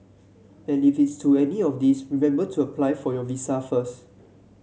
and if it's to any of these remember to apply for your visa first